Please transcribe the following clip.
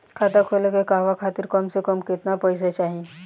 खाता खोले के कहवा खातिर कम से कम केतना पइसा चाहीं?